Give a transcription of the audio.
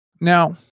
now